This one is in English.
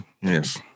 Yes